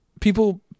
People